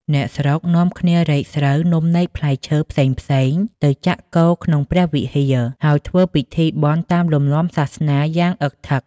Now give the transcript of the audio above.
អ្នកស្រុក នាំគ្នារែកស្រូវនំនែកផ្លែឈើ ផ្សេងៗ ទៅចាក់គរក្នុងព្រះវិហារ ហើយធ្វើពិធីបុណ្យតាមលំនាំសាសនា យ៉ាងអ៊ឹកធឹក ។